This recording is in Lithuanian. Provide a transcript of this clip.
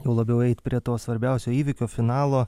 juo labiau eit prie to svarbiausio įvykio finalo